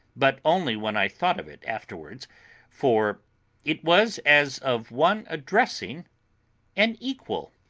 but only when i thought of it afterwards for it was as of one addressing an equal